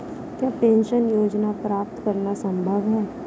क्या पेंशन योजना प्राप्त करना संभव है?